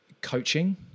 coaching